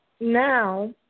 Now